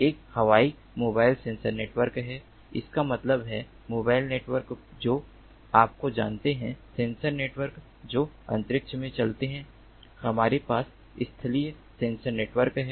एक हवाई mobile sensor network है इसका मतलब है मोबाइल नेटवर्क जो आपको जानते हैं सेंसर नेटवर्क जो अंतरिक्ष में चलते हैं हमारे पास स्थलीय सेंसर नेटवर्क हैं